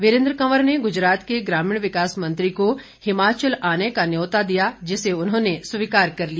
वीरेन्द्र कंवर ने गुजरात के ग्रामीण विकास मंत्री को हिमाचल आने का न्यौता दिया जिसे उन्होंने स्वीकार कर दिया